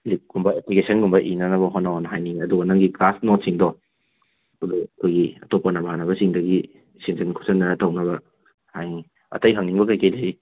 ꯂꯤꯞꯀꯨꯝꯕ ꯛꯦꯄ꯭ꯂꯤꯀꯦꯁꯟꯒꯨꯝꯕ ꯏꯅꯅꯕ ꯍꯣꯠꯅꯧ ꯑꯅ ꯍꯥꯏꯅꯤꯡꯉꯤ ꯑꯗꯨꯒ ꯅꯪꯒꯤ ꯀ꯭ꯂꯥꯁ ꯅꯣꯠꯁꯤꯡꯗꯣ ꯑꯗꯨ ꯑꯩꯈꯣꯏꯒꯤ ꯑꯇꯣꯞꯄ ꯅꯃꯥꯟꯅꯕꯁꯤꯡꯗꯒꯤ ꯁꯤꯟꯖꯤꯟ ꯈꯣꯠꯁꯟꯗꯅ ꯇꯧꯅꯕ ꯍꯥꯏꯅꯤꯡꯉꯤ ꯑꯇꯩ ꯍꯪꯅꯤꯡꯕ ꯀꯩ ꯀꯩ ꯂꯩꯔꯤ